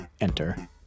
enter